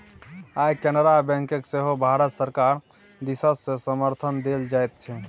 आय केनरा बैंककेँ सेहो भारत सरकार दिससँ समर्थन देल जाइत छै